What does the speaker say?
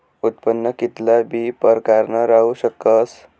उत्पन्न कित्ला बी प्रकारनं राहू शकस